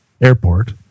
airport